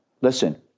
Listen